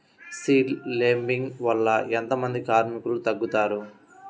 Seed లేంబింగ్ వల్ల ఎంత మంది కార్మికులు తగ్గుతారు?